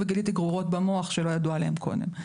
וגיליתי גרורות במוח שלא ידעו עליהן קודם.